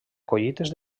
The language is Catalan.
collites